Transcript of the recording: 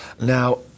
Now